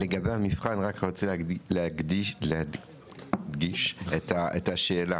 לגבי המבחן אני רק רוצה להדגיש את השאלה.